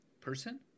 person